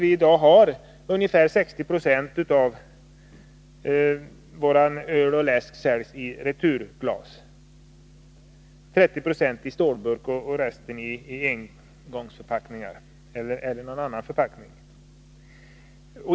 I dag säljs ungefär 60 96 av öl och läsk i returglas, 30 90 i stålburk och resten i engångsförpackning eller annan förpackning.